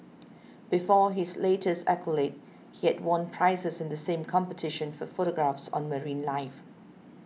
before his latest accolade he had won prizes in the same competition for photographs on marine life